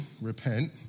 repent